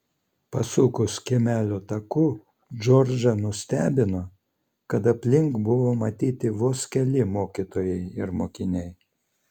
pasukus kiemelio taku džordžą nustebino kad aplink buvo matyti vos keli mokytojai ir mokiniai